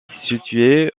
située